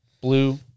blue